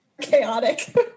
chaotic